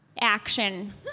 action